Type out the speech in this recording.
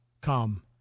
come